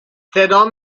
صدام